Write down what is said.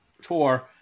tour